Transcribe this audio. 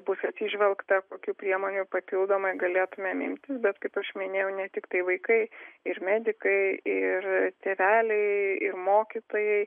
bus atsižvelgta kokių priemonių papildomai galėtumėm imtis bet kaip aš minėjau ne tiktai vaikai ir medikai ir tėveliai ir mokytojai